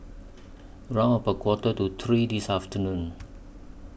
round about Quarter to three This afternoon